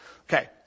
Okay